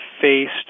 faced